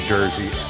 Jersey